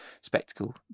spectacle